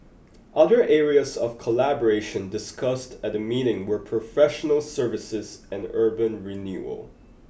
other areas of collaboration discussed at the meeting were professional services and urban renewal